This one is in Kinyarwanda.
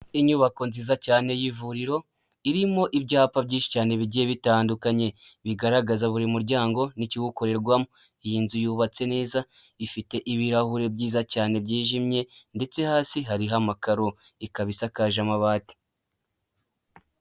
Inyubako nziza cyane y'ivuriro irimo ibyapa byinshi cyane bigiye bitandukanye bigaragaza buri muryango n'ikiwukorerwamo. Iyi nzu yubatse neza ifite ibirahure byiza cyane byijimye ndetse hasi hariho amakaro ikaba isakaje amabati.